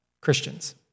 Christians